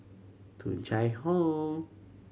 Tung Chye Hong